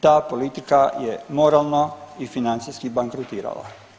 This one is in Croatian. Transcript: Ta politika je moralno i financijski bankrotirala.